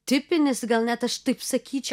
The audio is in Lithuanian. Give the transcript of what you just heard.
tipinis gal net aš taip sakyčiau